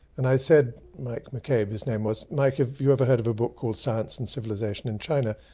and i said mike mccabe his name was mike have you ever heard of a book called science and civilisation in china?